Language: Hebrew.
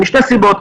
משתי סיבות.